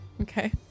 Okay